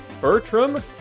bertram